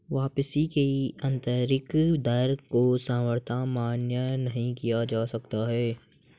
वापसी की आन्तरिक दर को सर्वथा मान्य नहीं किया जा सकता है